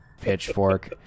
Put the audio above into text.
pitchfork